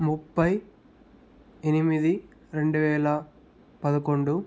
ముప్పై ఎనిమిది రెండు వేల పదకొండు